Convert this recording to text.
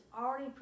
already